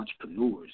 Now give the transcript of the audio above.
entrepreneurs